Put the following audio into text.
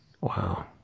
Wow